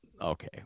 Okay